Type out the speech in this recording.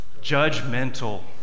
judgmental